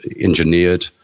engineered